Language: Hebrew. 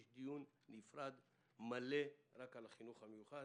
יש דיון נפרד מלא רק על החינוך המיוחד.